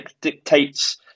dictates